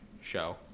show